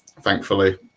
thankfully